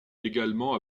également